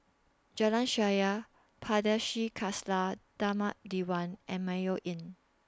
Jalan Shaer Pardesi Khalsa Dharmak Diwan and Mayo Inn